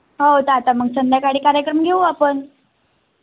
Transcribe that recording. हो तर आता मग संध्याकाळी कार्यक्रम घेऊ आपण